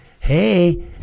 Hey